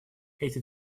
эти